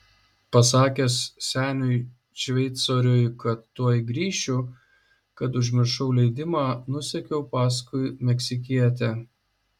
pasakęs seniui šveicoriui kad tuoj grįšiu kad užmiršau leidimą nusekiau paskui meksikietę